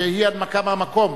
בהנמקה מהמקום,